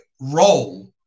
role